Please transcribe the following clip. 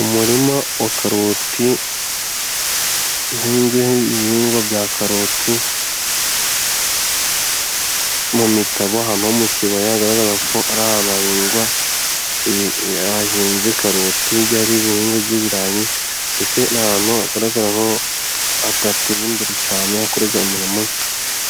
Umurima wa karoti uhinzwemo ibihingwa bya karoti mu mitabo, ahantu ho mu kibaya hagaragara ko ari ahantu hahinze karoti, hirya harimo ibihingwa by'ibirayi, ndetse n'ahantu hagaragara ko hadateye imbere cyane, hakorerwa imirimo